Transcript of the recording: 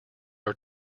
are